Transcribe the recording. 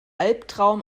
albtraum